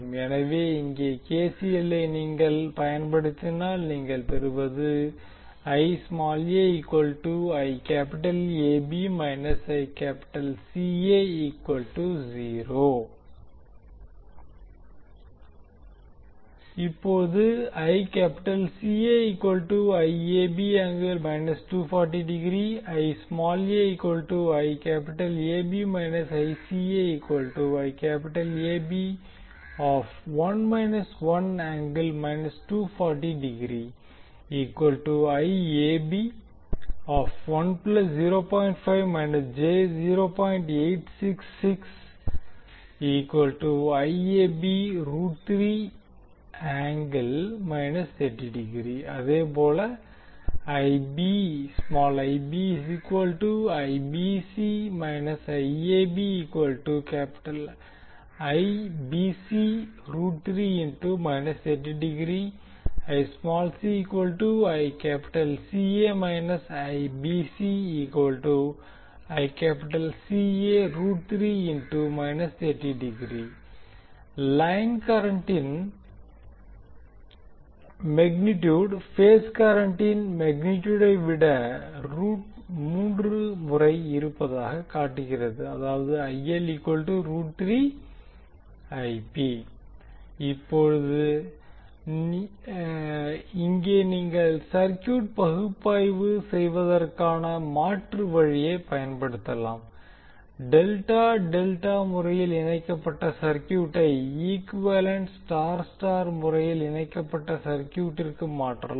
எனவே இங்கே K C எல்லை நீங்கள் பயன்படுத்தினால் நீங்கள் பெறுவது இப்போது அதேபோல லைன் கரண்டின் மெக்னிடியூட் பேஸ் கரண்டின் மெக்னிடியூட்டை விட முறை இருப்பதை காட்டுகிறது அதாவது இப்போது இங்கே நீங்கள் சர்க்யூட் பகுப்பாய்வு செய்வதற்கான மாற்று வழியைப் பயன்படுத்தலாம் டெல்டா டெல்டா முறையில் இணைக்கப்பட்ட சர்க்யூட்டை ஈக்குவேலன்ட் ஸ்டார் ஸ்டார் முறையில் இணைக்கப்பட்ட சர்க்யூட்டிற்கு மாற்றலாம்